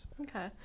Okay